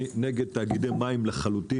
אני נגד תאגידי מים לחלוטין.